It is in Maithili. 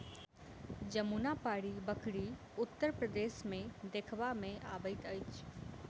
जमुनापारी बकरी उत्तर प्रदेश मे देखबा मे अबैत अछि